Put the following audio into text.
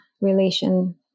relation